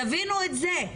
תבינו את זה,